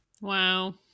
Wow